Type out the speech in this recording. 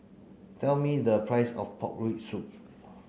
tell me the price of pork rib soup